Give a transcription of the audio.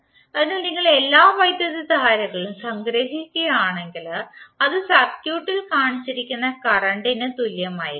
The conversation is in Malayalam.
അതിനാൽ നിങ്ങൾ എല്ലാ വൈദ്യുതധാരകളും സംഗ്രഹിക്കുകയാണെങ്കിൽ അത് സർക്യൂട്ടിൽ കാണിച്ചിരിക്കുന്ന കറന്റിന് തുല്യമായിരിക്കും